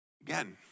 Again